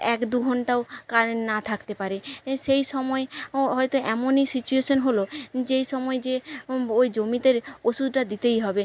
এক দু ঘন্টাও কারেন্ট না থাকতে পারে এ সেই সময় ও হয়তো এমনি সিচুয়েশান হলো যেই সময় যে ওই জমিতের ওষুধটা দিতেই হবে